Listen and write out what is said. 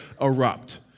erupt